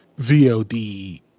VOD